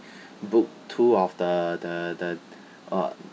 book two of the the the orh